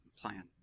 plan